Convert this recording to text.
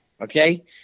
okay